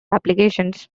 applications